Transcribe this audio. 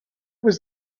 was